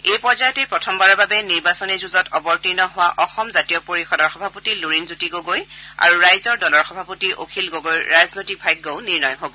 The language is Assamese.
এই পৰ্যয়তে প্ৰথমবাৰৰ বাবে নিৰ্বাচনী যুঁজত অৱতীৰ্ণ হোৱা অসম জাতীয় পৰিষদৰ সভাপতি লুৰিণজ্যোতি গগৈ আৰু ৰাইজৰ দলৰ সভাপতি অখিল গগৈৰ ৰাজনৈতিক ভাগ্যও নিৰ্ণয় হ'ব